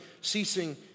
ceasing